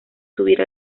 subir